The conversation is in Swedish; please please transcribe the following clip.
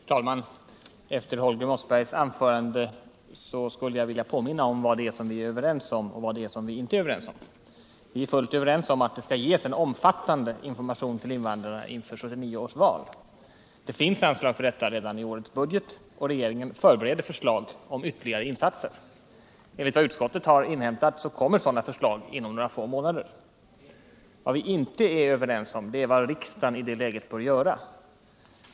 Herr talman! Efter Holger Mossbergs anförande skulle jag vilja påminna om vad det är som vi är överens om och vad det är som vi inte är överens om. Vi är fullt överens om att det skall ges en omfattande information till invandrarna inför 1979 års val. Det finns anslag för detta redan i årets budget, och regeringen förbereder förslag om ytterligare insatser. Enligt vad utskottet har inhämtat kommer sådana förslag inom några få månader. Vad vi inte är överens om är vad riksdagen i det läget bör göra.